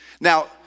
Now